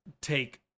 take